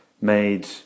made